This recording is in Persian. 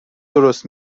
درست